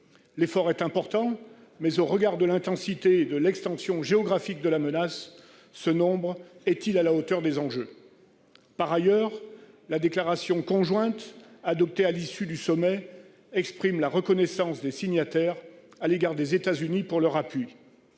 L'effort est important, mais au regard de l'intensité et de l'extension géographique de la menace, ce nombre est-il à la hauteur ? Par ailleurs, la déclaration conjointe adoptée à l'issue du sommet exprime la reconnaissance des signataires à l'égard des États-Unis pour leur appui,